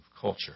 culture